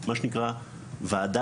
מה שנקרא ועדה.